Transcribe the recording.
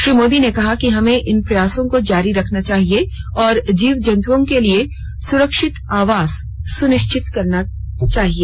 श्री मोदी ने कहा कि हमें इन प्रयासों को जारी रखना होगा और जीव जन्तुषओं के लिए सुरक्षित आवास सुनिश्चित करना होगा